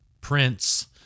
Prince